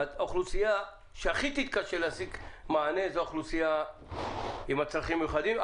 האוכלוסייה שהכי תתקשה להשיג מענה זו האוכלוסייה עם הצרכים המיוחדים.